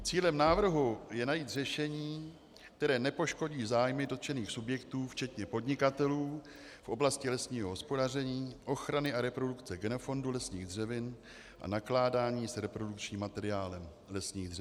Cílem návrhu je najít řešení, které nepoškodí zájmy dotčených subjektů včetně podnikatelů v oblasti lesního hospodaření, ochrany a reprodukce genofondu lesních dřevin a nakládání s reprodukčním materiálem lesních dřevin.